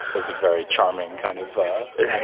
there's a very charming kind of